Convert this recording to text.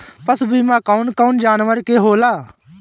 पशु बीमा कौन कौन जानवर के होला?